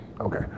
Okay